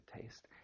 taste